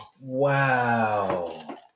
Wow